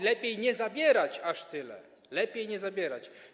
Lepiej nie zabierać aż tyle, lepiej nie zabierać.